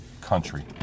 country